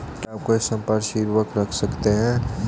क्या आप कोई संपार्श्विक रख सकते हैं?